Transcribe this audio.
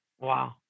Wow